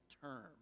term